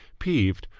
peeved,